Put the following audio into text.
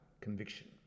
conviction